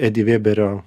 edi vėberio